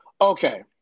Okay